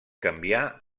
canviar